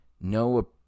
no